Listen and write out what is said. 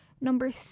number